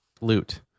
Loot